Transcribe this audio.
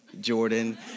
Jordan